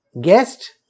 guest